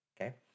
okay